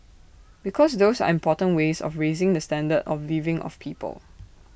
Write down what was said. because those are important ways of raising the standard of living of people